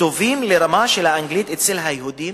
כתובים ברמת האנגלית אצל היהודים,